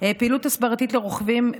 פעילות הסברתית לרוכבים,